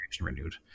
renewed